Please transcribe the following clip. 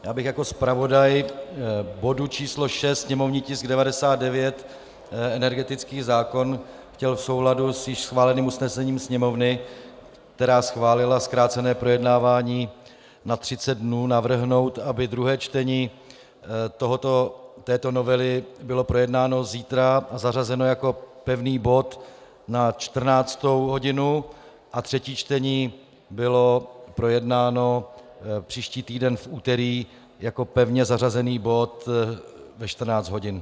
Já bych jako zpravodaj k bodu číslo 6, sněmovní tisk 99, energetický zákon, chtěl v souladu s již schváleným usnesením Sněmovny, která schválila zkrácené projednávání na 30 dnů, navrhnout, aby druhé čtení této novely bylo projednáno zítra a zařazeno jako pevný bod na 14. hodinu a třetí čtení bylo projednáno příští týden v úterý jako pevně zařazený bod ve 14 hodin.